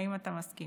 האם אתה מסכים?